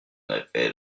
effet